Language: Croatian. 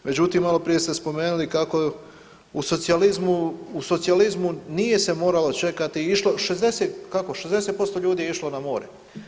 Međutim, malo prije ste spomenuli kako u socijalizmu nije se moralo čekati, kako, 60% ljudi je išlo na more.